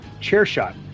CHAIRSHOT